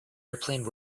airplane